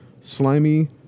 slimy